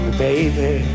baby